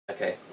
Okay